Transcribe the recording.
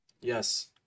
yes